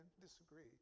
disagree